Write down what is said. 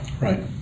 right